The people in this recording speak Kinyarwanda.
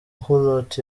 hulot